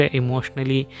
emotionally